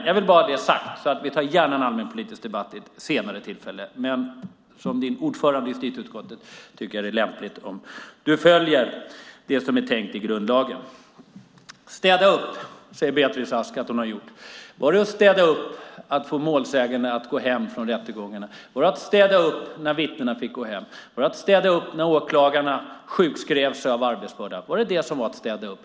Jag vill bara ha det sagt. Jag tar gärna en allmänpolitisk debatt vid ett senare tillfälle. Men som ordförande i justitieutskottet tycker jag att det är lämpligt att du följer det som är tänkt i grundlagen. Beatrice Ask säger att hon har städat upp. Var det att städa upp att få målsägande att gå hem från rättegångarna? Var det att städa upp att när vittnena fick gå hem? Var det att städa upp när åklagarna sjukskrev sig på grund av arbetsbörda? Var det att städa upp?